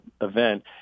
event